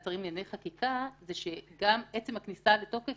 שרים לענייני חקיקה שגם עצם הכניסה לתוקף,